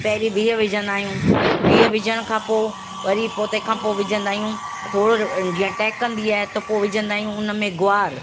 पहिरियों बीह विझंदा आहियूं बीह विझण खां पोइ वरी पोइ तंहिंखां पोइ विझंदा आहियूं थोरो जीअं टहिकंदी आहे त पोइ विझंदा आहियूं हुनमें गुआर